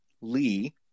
Lee